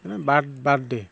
birthday